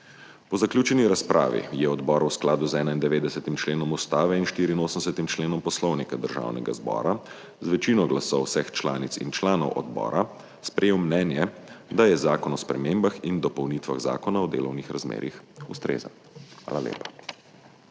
Po zaključeni razpravi je odbor v skladu z 91. členom Ustave in 84. členom Poslovnika Državnega zbora z večino glasov vseh članic in članov odbora sprejel mnenje, da je Zakon o spremembah in dopolnitvah Zakona o delovnih razmerjih ustrezen. Hvala lepa.